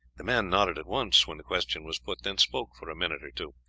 the man nodded at once, when the question was put, then spoke for a minute or two.